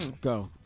go